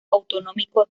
autonómico